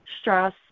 stress